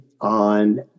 on